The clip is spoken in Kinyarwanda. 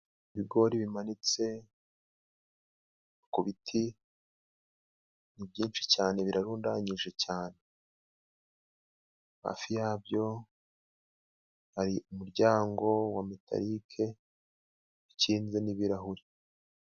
Ibigori bimanitse ku biti ni byinshi cyane birarundanyije cyane, hafi yabyo hari umuryango wa metarike ukinzemo ibirahuri.